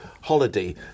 holiday